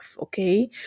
okay